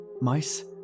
Mice